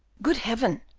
good heaven!